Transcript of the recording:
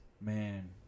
Man